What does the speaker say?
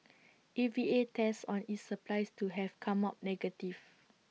A V A tests on its supplies to have come up negative